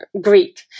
greek